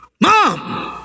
Mom